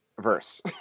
verse